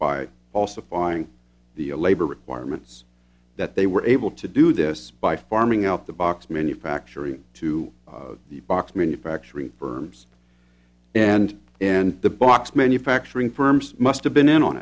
supplying the labor requirements that they were able to do this by farming out the box manufacturing to the box manufacturing firms and and the box manufacturing firms must have been in on